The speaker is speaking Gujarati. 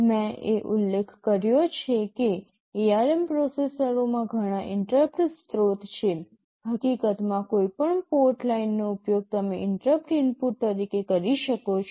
મેં એ ઉલ્લેખ કર્યો છે કે ARM પ્રોસેસરોમાં ઘણા ઇન્ટરપ્ટ સ્રોત છે હકીકતમાં કોઈપણ પોર્ટ લાઇનનો ઉપયોગ તમે ઇન્ટરપ્ટ ઇનપુટ તરીકે કરી શકો છો